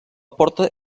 porta